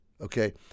Okay